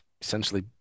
essentially